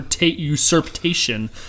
usurpation